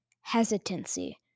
hesitancy